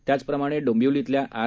त्याचप्रमाणे डोंबिवलीतल्या आर